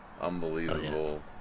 unbelievable